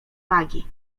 wagi